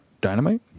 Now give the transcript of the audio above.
Dynamite